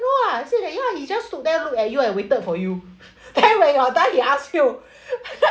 !wah! I said that ya he just stood there look at you and waited for you then when you're done he ask you